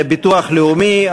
ביטוח לאומי.